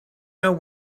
know